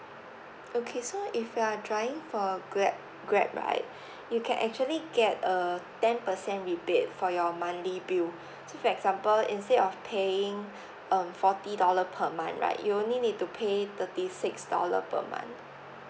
okay so if you are driving for grab grab right you can actually get a ten percent rebate for your monthly bill so for example instead of paying um forty dollar per month right you only need to pay thirty six dollar per month